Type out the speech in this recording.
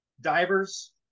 divers